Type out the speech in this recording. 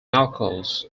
alcohols